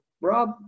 Rob